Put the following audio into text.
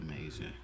amazing